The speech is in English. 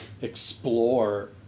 explore